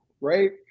right